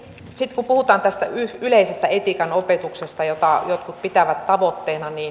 sitten kun puhutaan tästä yleisestä etiikan opetuksesta jota jotkut pitävät tavoitteena